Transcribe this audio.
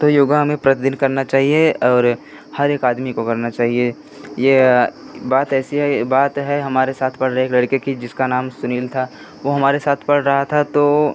तो योग हमें प्रतिदिन करना चाहिए और हर एक आदमी को करना चाहिए या बात ऐसी है ये बात है हमारे साथ पढ़ रहे एक लड़के की जिसका नाम सुनील था वो हमारे साथ पढ़ रहा था तो